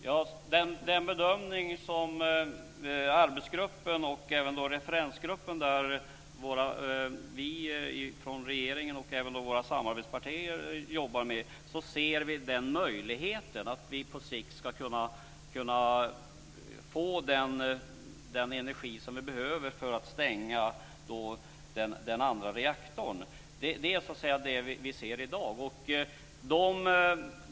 Fru talman! Den bedömning som arbetsgruppen gör - och den gör även den referensgrupp som vi, regeringen och även våra samarbetspartier jobbar med - är att vi ser möjligheter att på sikt få den energi som vi behöver för att stänga den andra reaktorn. Det är det vi ser i dag.